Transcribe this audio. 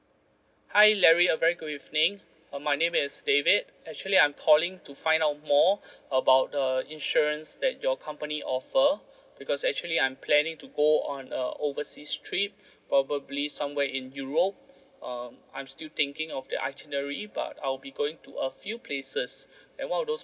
hi larry a very good evening uh my name is david actually I'm calling to find out more about err insurance that your company offer because actually I'm planning to go on a overseas trip probably somewhere in europe um I'm still thinking of the itinerary but I'll be going to a few places and one of those